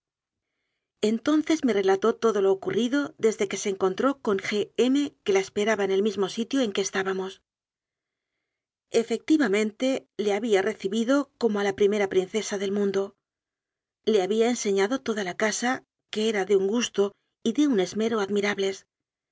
entonces me relató todo lo ocurrido desde que se encontró con g m que la esperaba en el mismo sitio en que estábamos efectivamente le había recibido como a la primera princesa del mundo le había enseñado toda la casa que era de un gusto y de un esmero admirables